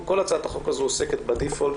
כל הצעת החוק הזו עוסקת בברירת המחדל.